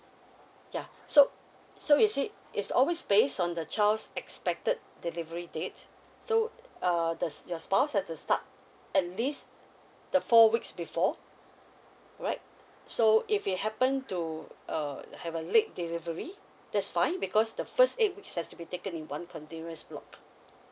ya so so is it it's always based on the child's expected delivery date so uh that's your spouse has to start at least the four weeks before alright so if it happen to uh have a late delivery that's fine because the first eight weeks has to be taken in one continuous block